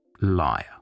Liar